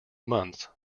months